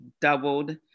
doubled